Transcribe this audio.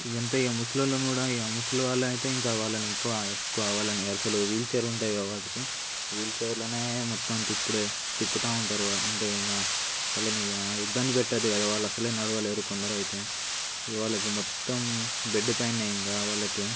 ఇక అంత ముసలి వాళ్ళను కూడా ముసలి వాళ్ళని అయితే వాళ్ళని ఇంకా ఎక్కువ ఎక్కువ అసలు వాళ్ళని వీల్చైర్ ఉంటుంది కదా వాటికి వీల్చైర్లోనే మొత్తం తిప్పుడే తిప్పుతూ ఉంటారు అంటే ఇక వాళ్ళని ఇక ఇబ్బంది పెట్టవద్దు కదా ఇక అసలే వాళ్ళు నడవలేరు ఇక కొందరైతే ఇక వాళ్ళకి మొత్తం బెడ్ పైనే ఇంకా వాళ్ళకి